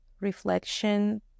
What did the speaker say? reflection